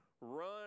run